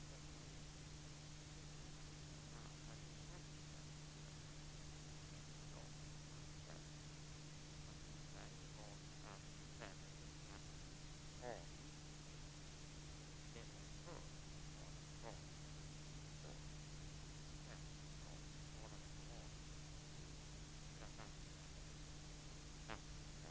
Men den här frågan lägger man helt åt sidan. Vi i Folkpartiet har protesterat mot det. Försäkringskasseförbundets direktör har beklagat de bristande beskeden och de ekonomiska förutsättningarna.